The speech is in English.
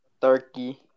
Turkey